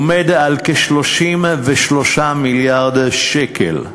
עומד על כ-33 מיליארד שקל.